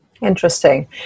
Interesting